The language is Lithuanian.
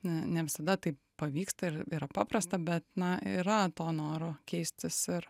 ne ne visada tai pavyksta ir yra paprasta bet na yra to noro keistis ir